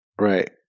right